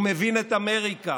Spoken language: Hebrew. הוא מבין את אמריקה,